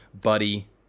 Buddy